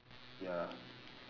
ya